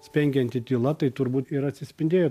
spengianti tyla tai turbūt ir atsispindėjo